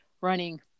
running